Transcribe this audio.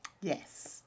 yes